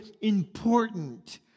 important